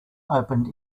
opened